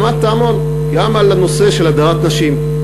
למדת המון, גם על הנושא של הדרת נשים,